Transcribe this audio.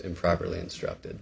improperly instructed